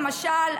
למשל,